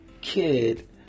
kid